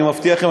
אני מבטיח לכם,